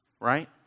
Right